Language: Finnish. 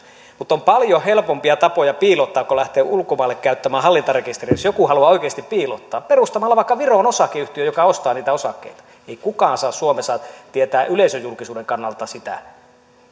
mutta on paljon helpompia tapoja piilottaa kuin lähteä ulkomaille käyttämään hallintarekisteriä jos joku haluaa oikeasti piilottaa perustamalla vaikka viroon osakeyhtiön joka ostaa niitä osakkeita ei kukaan saa suomessa tietää yleisöjulkisuuden kannalta sitä